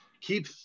keep